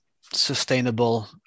sustainable